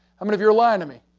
i mean of you are laying to me?